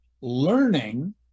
learning